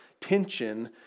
tension